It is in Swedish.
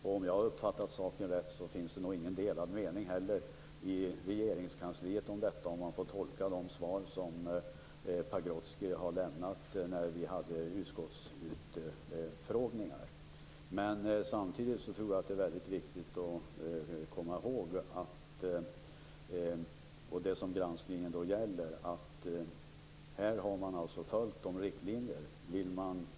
Och om jag har uppfattat saken rätt finns det nog ingen delad mening om detta i Regeringskansliet heller, att döma av de svar som Pagrotsky lämnat vid våra utskottsutfrågningar. Samtidigt tror jag att det är viktigt att komma ihåg, och det är det som granskningen gäller, att här har man följt riktlinjerna.